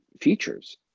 features